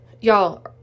y'all